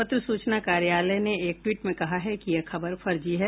पत्र सूचना कार्यालय ने एक ट्वीट में कहा है कि यह खबर फर्जी है